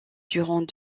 durant